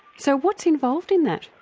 so what's involved in that?